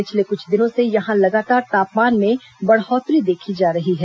पिछले कुछ दिनों से यहां लगातार तापमान में बढ़ोत्तरी देखी जा रही है